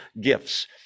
gifts